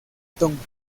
tonga